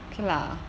okay lah